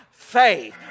Faith